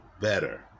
better